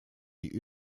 die